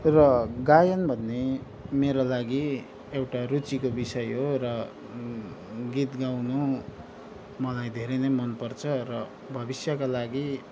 र गायन भन्ने मेरो लागि एउटा रुचिको विषय हो र गीत गाउनु मलाई धेरै नै मनपर्छ र भविष्यका लागि